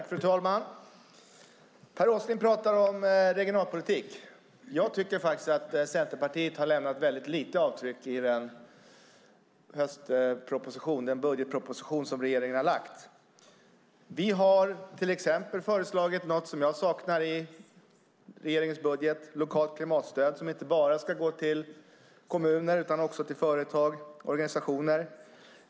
Fru talman! Per Åsling talar om regionalpolitik. Jag tycker faktiskt att Centerpartiet har lämnat väldigt lite avtryck i den budgetproposition som regeringen har lagt fram. Vi socialdemokrater har föreslagit något som jag saknar i regeringens budget, ett lokalt klimatstöd som inte bara ska gå till kommuner utan också till företag och organisationer.